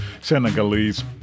Senegalese